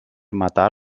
matar